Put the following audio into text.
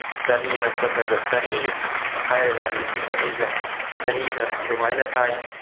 ꯆꯅꯤ ꯍꯥꯞꯀꯠꯂꯒ ꯆꯅꯤ ꯍꯥꯏꯔꯒ ꯂꯤꯁꯤꯡ ꯑꯅꯤꯒ ꯆꯅꯤꯗ ꯑꯗꯨꯃꯥꯏꯅ ꯊꯥꯏ